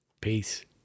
Peace